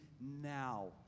now